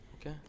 Okay